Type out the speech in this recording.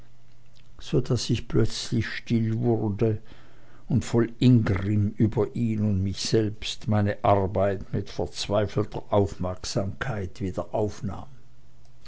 so daß ich plötzlich still wurde und voll ingrimm über ihn und mich selbst meine arbeit mit verzweifelter aufmerksamkeit wieder aufnahm